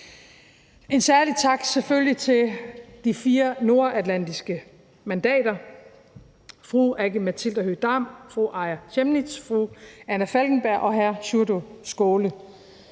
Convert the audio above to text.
selvfølgelig til de fire nordatlantiske mandater, fru Aki-Matilda Høegh-Dam, fru Aaja Chemnitz, fru Anna Falkenberg og hr. Sjúrður Skaale,